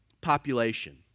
population